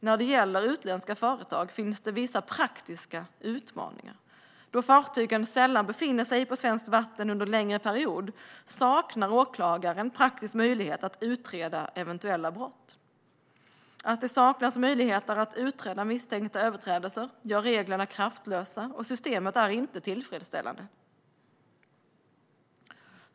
När det gäller utländska fartyg finns det vissa praktiska utmaningar. Då fartygen sällan befinner sig på svenskt vatten under en längre period saknar åklagaren en praktisk möjlighet att utreda eventuella brott. Att det saknas möjligheter att utreda misstänkta överträdelser gör reglerna kraftlösa, och systemet är inte tillfredsställande.